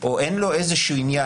או אין לו איזשהו עניין,